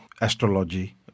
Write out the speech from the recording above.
astrology